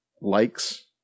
likes